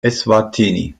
eswatini